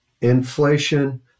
Inflation